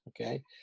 Okay